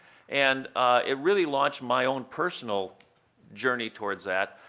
and it really launched my own personal journey towards that.